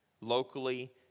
locally